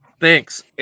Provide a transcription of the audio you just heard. Thanks